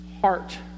heart